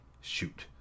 Shoot